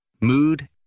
mood